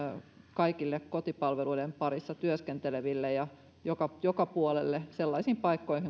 kaikille kotipalveluiden parissa työskenteleville ja joka joka puolelle sellaisiin paikkoihin